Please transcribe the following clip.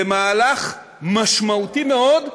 זה מהלך משמעותי מאוד,